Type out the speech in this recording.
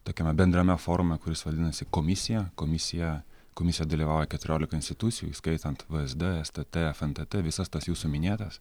tokiame bendrame forume kuris vadinasi komisija komisija komisioj dalyvauja keturiolika institucijų įskaitant vsd stt fntt visas tas jūsų minėtas